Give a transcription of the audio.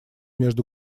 между